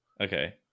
okay